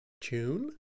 June